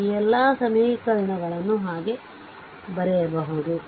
ದರೆ ಈ ಎಲ್ಲಾ ಸಮೀಕರಣಗಳನ್ನು ಈಗ ಬರೆಯಬಹುದು